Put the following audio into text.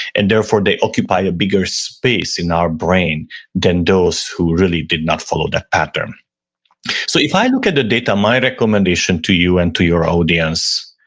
and therefore, they occupy a bigger space in our brain than those who really did not follow that pattern so if i look at the data, my recommendation to you and to your audience,